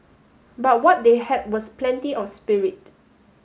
but what they had was plenty of spirit